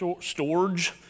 storage